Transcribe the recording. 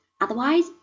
otherwise